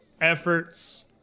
efforts